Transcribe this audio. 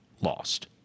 lost